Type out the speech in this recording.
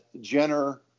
Jenner